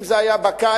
אם זה היה בקיץ,